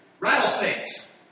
Rattlesnakes